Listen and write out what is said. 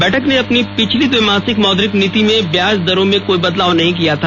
bank ने अपनी पिछली द्विमासिक मौद्रिक नीति में ब्याज दरों में कोई बदलाव नहीं किया था